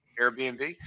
Airbnb